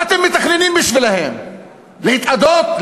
מה אתם מתכננים בשבילם, להתאדות?